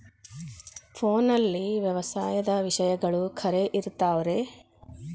ಫೋನಲ್ಲಿ ವ್ಯವಸಾಯದ ವಿಷಯಗಳು ಖರೇ ಇರತಾವ್ ರೇ?